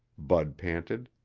bud panted.